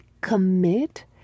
commit